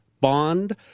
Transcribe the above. bond